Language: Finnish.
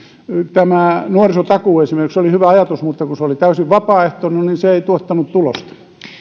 nuorisotakuu esimerkiksi oli hyvä ajatus mutta kun se oli täysin vapaaehtoinen niin se ei tuottanut tulosta